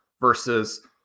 versus